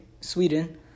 Sweden